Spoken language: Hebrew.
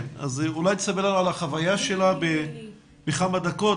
אז אולי היא תספר לנו על החוויה שלה בכמה דקות,